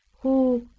who,